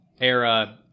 era